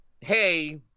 hey